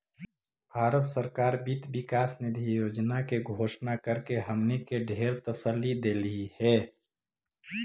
भारत सरकार वित्त विकास निधि योजना के घोषणा करके हमनी के ढेर तसल्ली देलई हे